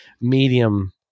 medium